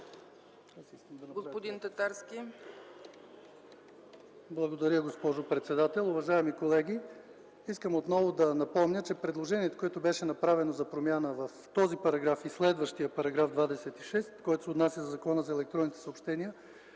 Благодаря, госпожо председател.